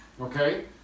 Okay